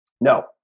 No